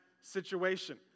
situation